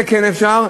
זה כן אפשר,